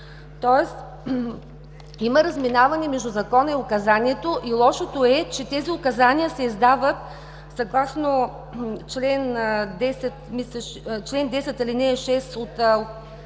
Тоест има разминаване между Закона и Указанието. Лошото е, че тези указания се издават съгласно чл. 10, ал.